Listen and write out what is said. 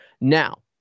now